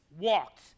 walked